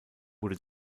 wurde